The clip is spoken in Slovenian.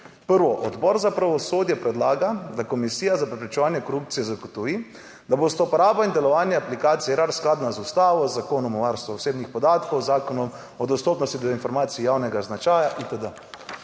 Prvo Odbor za pravosodje predlaga, da Komisija za preprečevanje korupcije zagotovi, da bosta uporabo in delovanje aplikacije Erar skladna z Ustavo. Z Zakonom o varstvu osebnih podatkov, z Zakonom o dostopnosti do informacij javnega značaja itd.